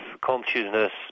consciousness